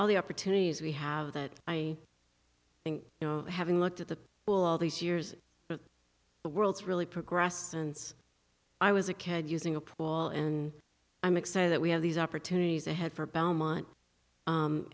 all the opportunities we have that i think you know having looked at the well all these years but the world's really progressed since i was a kid using appall and i'm excited that we have these opportunities ahead for belmont